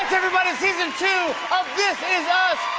everybody! season two of this is us